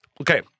okay